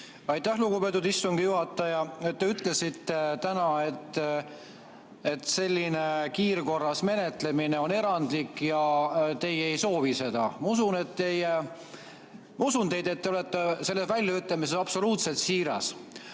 Aitäh, lugupeetud istungi juhataja! Te ütlesite täna, et selline kiirkorras menetlemine on erandlik ja teie ei soovi seda. Ma usun teid ja seda, et te olete selles väljaütlemises absoluutselt siiras.